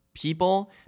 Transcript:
People